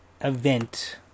event